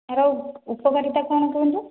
ଏହାର ଉପକାରିତା କ'ଣ କୁହନ୍ତୁ